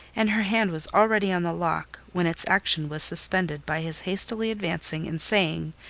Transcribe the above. and her hand was already on the lock, when its action was suspended by his hastily advancing, and saying,